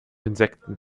insekten